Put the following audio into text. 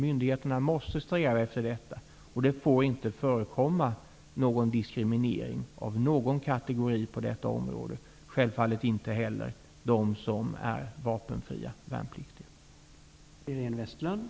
Myndigheterna måste sträva efter detta. Det får inte förekomma någon diskriminering av någon kategori på detta område -- självfallet inte heller av vapenfria värnpliktiga.